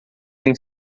tem